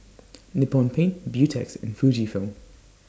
Nippon Paint Beautex and Fujifilm